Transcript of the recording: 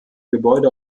gebäude